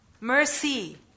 mercy